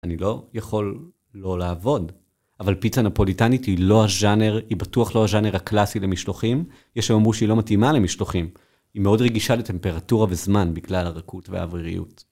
אני לא יכול לא לעבוד. אבל פיצה נפוליטנית היא לא הז'אנר, היא בטוח לא הז'אנר הקלאסי למשלוחים. יש שיאמרו שהיא לא מתאימה למשלוחים. היא מאוד רגישה לטמפרטורה וזמן בגלל הרכות והאווריריות.